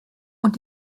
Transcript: und